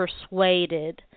persuaded